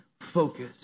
focus